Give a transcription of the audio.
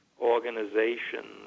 organizations